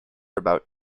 about